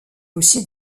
aussi